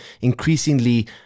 increasingly